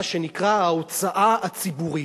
מה שנקרא ההוצאה הציבורית.